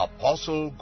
Apostle